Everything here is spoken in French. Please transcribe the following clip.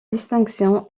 distinction